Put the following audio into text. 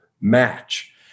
match